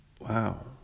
Wow